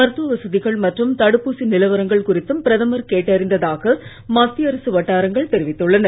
மருத்துவ வசதிகள் மற்றும் தடுப்பூசி நிலவரங்கள் குறித்தும் பிரதமர் கேட்டறிந்ததாக மத்திய அரசு வட்டாரங்கள் தெரிவித்துள்ளன